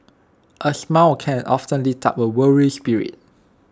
A smile can often lift up A weary spirit